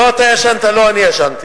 לא אתה ישנת ולא אני ישנתי.